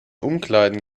umkleiden